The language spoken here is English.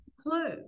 clue